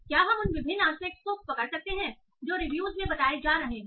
क्या हम उन विभिन्न एस्पेक्टस को पकड़ सकते हैं जो रिव्यूज में बताए जा रहे हैं